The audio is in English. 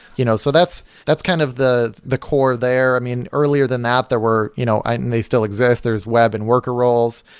you know so that's that's kind of the the core there. earlier than that, there were, you know and they still exist. there's web and worker roles.